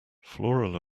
floral